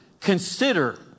Consider